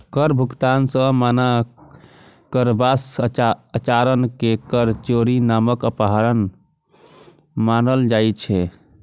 कर भुगतान सं मना करबाक आचरण कें कर चोरी नामक अपराध मानल जाइ छै